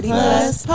Plus